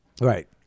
Right